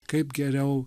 kaip geriau